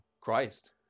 Christ